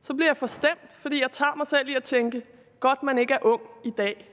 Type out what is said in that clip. så bliver jeg forstemt, fordi jeg tager mig selv i at tænke: Godt man ikke er ung i dag.